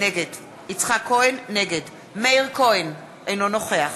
נגד מאיר כהן, אינו נוכח